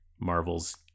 Marvel's